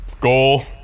goal